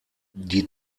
die